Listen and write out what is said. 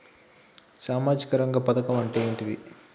సామాజిక రంగ పథకం అంటే ఏంటిది?